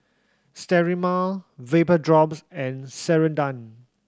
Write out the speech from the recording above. Sterimar Vapodrops and Ceradan